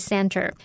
Center